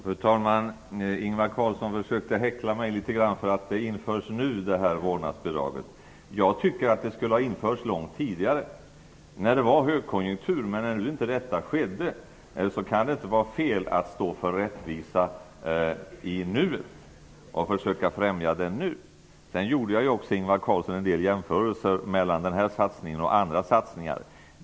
Fru talman! Ingvar Carlsson försökte häckla mig för att vårdnadsbidraget införs nu. Jag tycker att det skulle ha införts långt tidigare när det var högkonjunktur. När nu detta inte skedde kan det inte vara fel att försöka främja rättvisa i nuet. Jag gjorde, Ingvar Carlsson, en del jämförelser mellan denna satsning och andra satsningar.